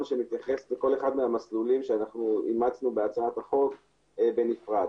שמתייחס לכל אחד מהמסלולים שאנחנו אימצנו בהצעת החוק בנפרד.